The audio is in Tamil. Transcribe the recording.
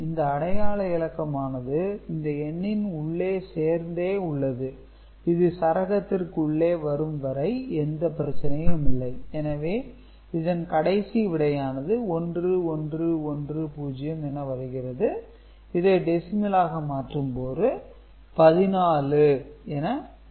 இந்த அடையாள இலக்கம் ஆனது இந்த எண்ணின் உள்ளே சேர்ந்தே உள்ளது இது சரகத்திற்கு உள்ளே வரும் வரை எந்த பிரச்சினையும் இல்லை எனவே இதன் கடைசி விடையானது 1110 என வருகிறது இதை டெசிமலாக மாற்றும்போது 14 என வரும்